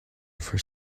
for